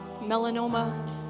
melanoma